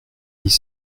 dix